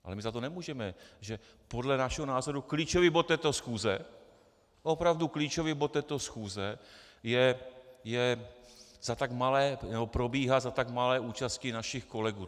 Ale my za to nemůžeme, že podle našeho názoru, klíčový bod této schůze, opravdu klíčový bod této schůze, probíhá za tak malé účasti našich kolegů.